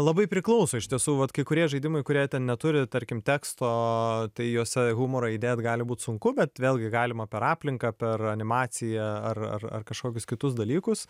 labai priklauso iš tiesų vat kai kurie žaidimai kurie ten neturi tarkim teksto tai jose humorą įdėt gali būt sunku bet vėlgi galima per aplinką per animaciją ar ar ar kažkokius kitus dalykus